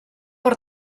per